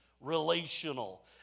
relational